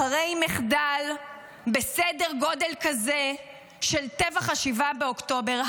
אחרי מחדל בסדר גודל כזה של טבח 7 באוקטובר,